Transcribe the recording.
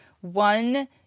one